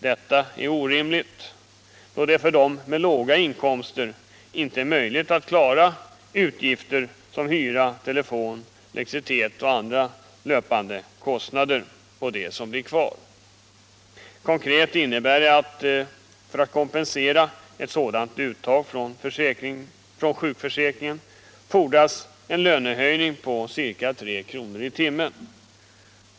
Detta är orimligt, då det för dem som har låga inkomster inte är möjligt att klara utgifter som hyra, telefon, elektricitet och andra löpande kostnader på det som blir kvar. För att kompensera ett sådant uttag från sjukförsäkringen fordras en lönehöjning på ca 3 kr. i timmen.